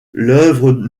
l’œuvre